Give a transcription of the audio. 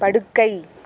படுக்கை